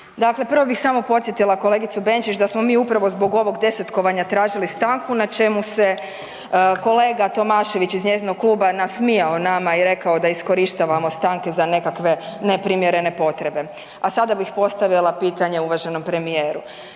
Dakle, prvo bih samo podsjetila kolegicu Benčić da smo mi upravo zbog ovog 10-kovanja tražili stanku na čemu se kolega Tomašević iz njezinog kluba nasmijao nama i rekao da iskorištavamo stanke za nekakve neprimjerene potrebe. A sada bih postavila pitanje uvaženom premijeru.